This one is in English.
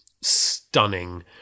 stunning